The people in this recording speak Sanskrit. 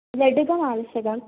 लड्डुकमावश्यकं